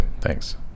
Thanks